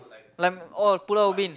like oh Pulau Ubin